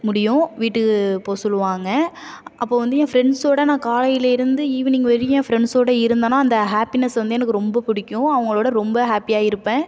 முடியும் வீட்டுக்கு போக சொல்லுவாங்க அப்போது வந்து என் ஃப்ரெண்ட்ஸோட நான் காலையிலேருந்து ஈவினிங் வரையும் என் ஃப்ரெண்ட்ஸோட இருந்தேனா அந்த ஹாப்பினஸ் வந்து எனக்கு ரொம்ப பிடிக்கும் அவங்களோட ரொம்ப ஹாப்பியாக இருப்பேன்